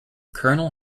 colonel